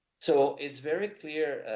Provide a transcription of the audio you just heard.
so it's very clear